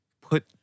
put